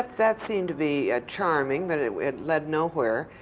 that seemed to be ah charming, but it it led nowhere.